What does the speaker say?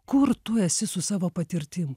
kur tu esi su savo patirtim